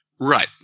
Right